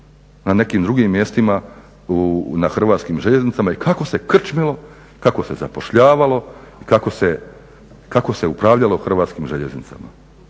na nekim drugim mjestima na hrvatskim željeznicama i kako se krčmilo, kako se zapošljavalo i kako se upravljalo Hrvatskim željeznicama.